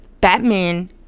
Batman